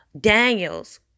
Daniels